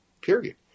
Period